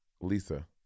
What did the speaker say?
Lisa